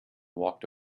walked